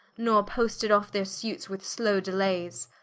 nor posted off their suites with slow delayes,